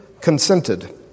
consented